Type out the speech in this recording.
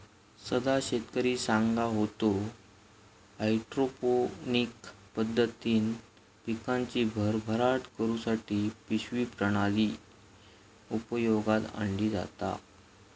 सदा शेतकरी सांगा होतो, हायड्रोपोनिक पद्धतीन पिकांची भरभराट करुसाठी पिशवी प्रणाली उपयोगात आणली जाता